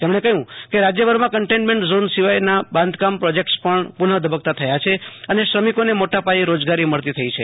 તેમણે કહ્ય રાજયભરમાં કન્ટેઈનમેન્ટ ઝોન સિવાય બાંધકામ પ્રોજેક્ટસ પણ પુ નધબકતા થયા છે અને શ્રમિકોને મોટાપાયે રોજગારી મળતી થઈ છે